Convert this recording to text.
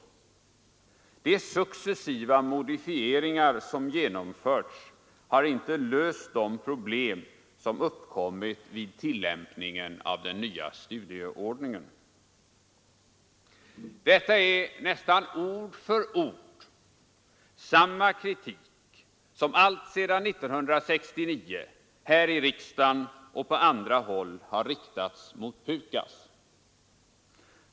De successiva modifieringar som genomförts har inte löst de problem som uppkommit vid tillämpningen av den nya studieordningen.” Detta är nästan ord för ord samma kritik som alltsedan 1969 här i riksdagen och på andra håll har riktats mot PUKAS.